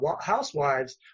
housewives